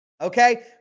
Okay